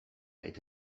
eta